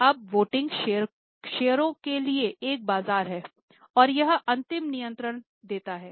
अब वोटिंग शेयरों के लिए एक बाजार है और यह अंतिम नियंत्रण देता है